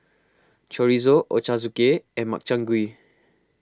Chorizo Ochazuke and Makchang Gui